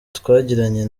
twagiranye